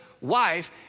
wife